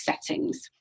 settings